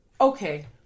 Okay